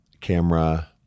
camera